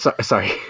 Sorry